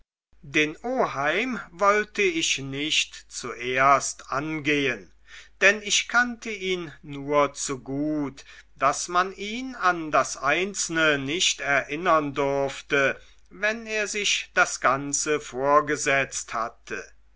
den oheim wollte ich nicht zuerst angehen denn ich kannte ihn nur zu gut daß man ihn an das einzelne nicht erinnern durfte wenn er sich das ganze vorgesetzt hatte